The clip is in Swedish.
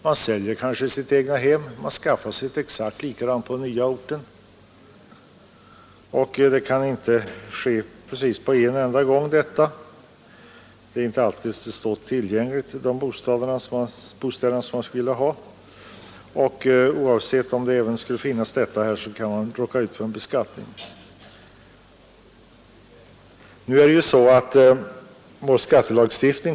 Man säljer sitt egnahem och skaffar sig ett exakt likadant hus på den nya orten utan någon vinst men råkar ut för realisationsvinstbeskattning.